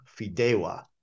Fidewa